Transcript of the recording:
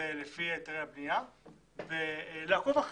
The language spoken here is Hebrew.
ולפי היתרי הבניה ולעקוב אחריהם.